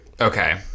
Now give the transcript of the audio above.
Okay